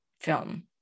film